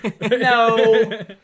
no